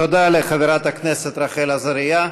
תודה לחברת הכנסת רחל עזריה.